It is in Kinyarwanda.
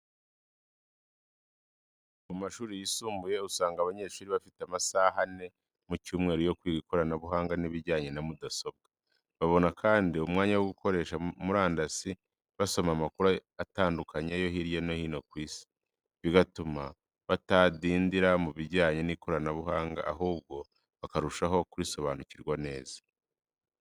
Mu mashuri yisumbuye usanga abanyeshuri bafite amasaha ane mu cyumweru yo kwiga ikoranabuhanga n’ibijyanye na mudasobwa. Babona kandi umwanya wo gukoresha murandasi basoma amakuru atandukanye yo hirya no hino ku isi, bigatuma batadindira mu bijyanye n’ikoranabuhanga, ahubwo bakarushaho kurisobanukirwa neza.